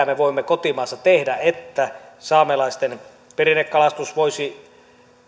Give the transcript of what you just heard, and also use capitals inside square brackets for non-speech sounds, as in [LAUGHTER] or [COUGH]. [UNINTELLIGIBLE] me voimme kotimaassa tehdä että saamelaisten perinnekalastus voisi